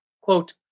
quote